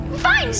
Fine